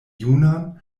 junan